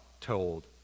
told